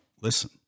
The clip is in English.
listen